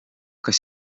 kas